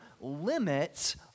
limits